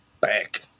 back